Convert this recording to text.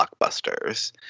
blockbusters